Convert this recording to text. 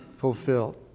fulfilled